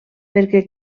perquè